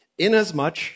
Inasmuch